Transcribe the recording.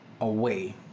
away